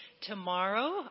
tomorrow